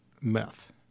meth